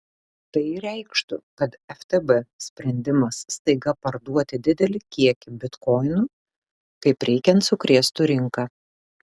tai reikštų kad ftb sprendimas staiga parduoti didelį kiekį bitkoinų kaip reikiant sukrėstų rinką